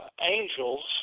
angels